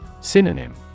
Synonym